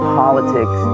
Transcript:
politics